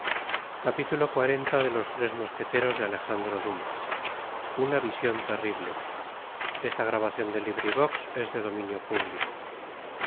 tres mosqueteros mas